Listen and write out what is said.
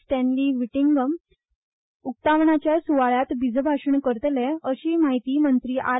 Stanley Whittingham उक्तावणाच्या सुवाळ्यांत बिजभाषण करतले अशीय म्हायती मंत्री आर